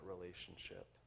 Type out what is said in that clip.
relationship